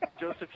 Joseph